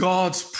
God's